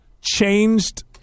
changed